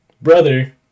brother